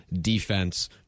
defense